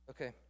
Okay